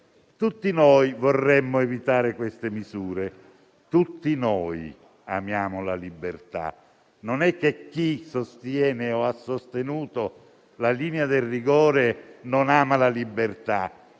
Tutti noi vorremmo evitare queste misure. Tutti noi amiamo la libertà. Non è che chi sostiene o ha sostenuto la linea del rigore non ami la libertà.